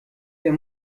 wer